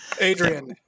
Adrian